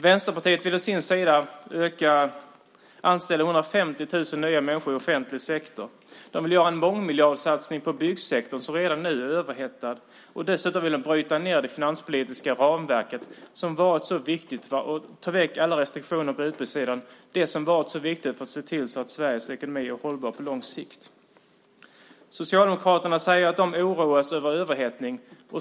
Vänsterpartiet vill å sin sida anställa 150 000 människor i offentlig sektor. De vill ha en mångmiljardsatsning på byggsektorn som redan nu är överhettad. Dessutom vill de bryta ned det finanspolitiska ramverket och ta bort alla restriktioner på utbudssidan - det som har varit så viktigt för att se till att Sveriges ekonomi är hållbar på lång sikt. Socialdemokraterna säger att de oroas över överhettning.